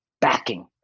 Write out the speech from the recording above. backing